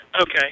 Okay